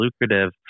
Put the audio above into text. lucrative